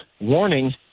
warning